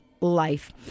life